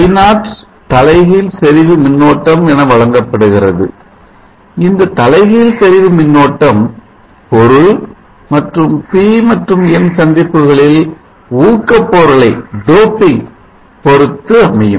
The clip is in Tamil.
I0 தலைகீழ் செறிவு மின்னோட்டம் வழங்கப்படுகிறது இந்த தலைகீழ் செறிவு மின்னோட்டம் பொருள் மற்றும் P மற்றும் N சந்திப்புகளில் ஊக்க பொருளைப் பொறுத்தும் அமையும்